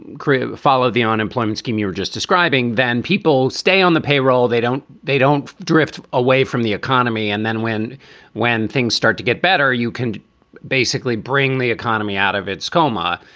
follow the unemployment scheme you were just describing. then people stay on the payroll. they don't they don't drift away from the economy. and then when when things start to get better, you can basically bring the economy out of its coma.